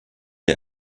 der